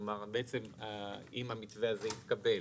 כלומר, אם המתווה הזה יתקבל,